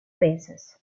phases